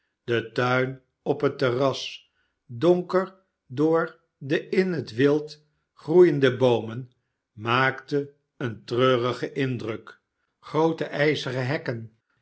de tuin op het terras donker door de in het wild gegroeide boomen maakte een treurigen indruk groote ijzeren hekken